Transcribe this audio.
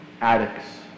addicts